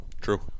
True